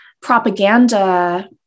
propaganda